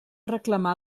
reclamar